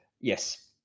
yes